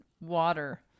water